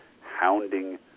hounding